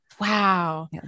Wow